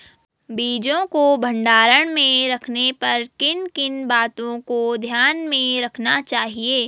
बीजों को भंडारण में रखने पर किन किन बातों को ध्यान में रखना चाहिए?